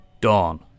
Dawn